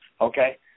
Okay